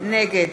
נגד